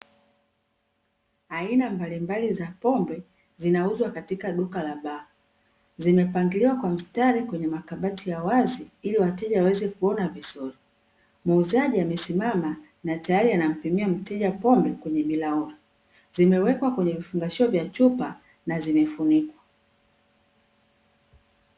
Aina mbalimbali za pombe zinauzwa katika duka la baa. Zimepangiliwa kwa mstari kwenye makabati ya wazi, ili wateja waweze kuona vizuri. Muuzaji amesimama na tayari amempimia mteja pombe kwenye bilaula, zimewekwa kwenye vifungashio vya chupa na vimefunikwa.